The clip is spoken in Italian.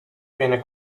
viene